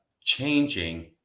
changing